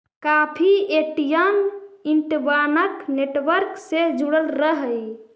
काफी ATM interbank network से जुड़ल रहऽ हई